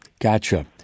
Gotcha